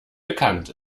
bekannt